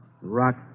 Rock